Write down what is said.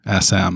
SM